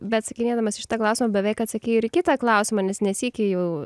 beatsakinėdamas į šitą klausimą beveik atsakei ir į kitą klausimą nes ne sykį jau